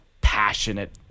passionate